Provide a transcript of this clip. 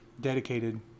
dedicated